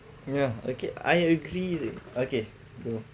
ya okay I agree okay go